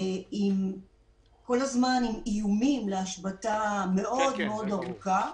וזה מלווה כל הזמן באיומים להשבתה מאוד מאוד ארוכה,